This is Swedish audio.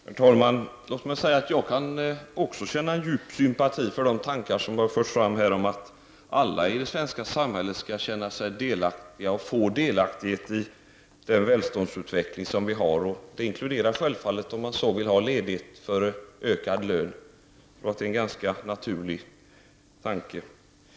Herr talman! Låt mig säga att också jag kan känna djup sympati för de tankar som har förts fram om att alla i det svenska samhället skall få delaktighet i den välståndsutveckling vi har. Det inkluderar självfallet önskan om ledighet före ökad lön. Jag tror att det är en ganska naturlig tanke.